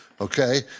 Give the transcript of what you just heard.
okay